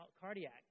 cardiac